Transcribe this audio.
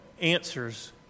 answers